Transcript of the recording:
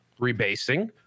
rebasing